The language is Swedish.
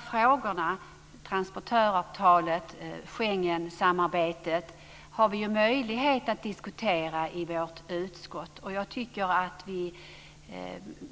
Frågorna om transportöravtalet och Schengensamarbetet har vi ju möjlighet att diskutera i vårt utskott.